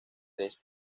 tres